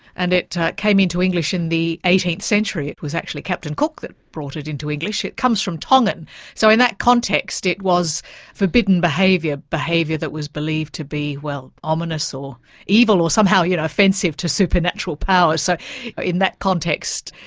and it came into english in the eighteenth century, it was actually captain cook that brought it into english it comes from tongan so in that context it was forbidden behaviour behaviour that was believed to be, well, ominous or evil, or somehow you know offensive to supernatural powers so in that context,